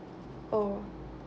oh